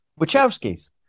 Wachowski's